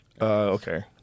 Okay